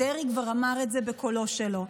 דרעי כבר אמר את זה בקולו שלו.